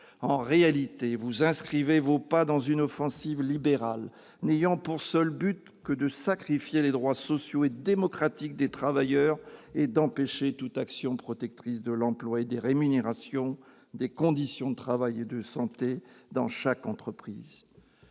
En réalité, vous inscrivez vos pas dans une offensive libérale, dont le seul but est de sacrifier les droits sociaux et démocratiques des travailleurs et d'empêcher toute action protectrice de l'emploi et des rémunérations, des conditions de travail et de santé dans chaque entreprise.